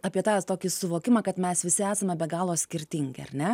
apie tą tokį suvokimą kad mes visi esame be galo skirtingi ar ne